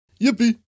Yippee